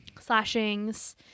slashings